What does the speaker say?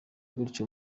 gutyo